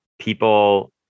people